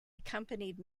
accompanied